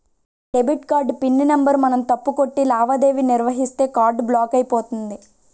debit card pin number మనం తప్పు కొట్టి లావాదేవీ నిర్వహిస్తే కార్డు బ్లాక్ అయిపోతుంది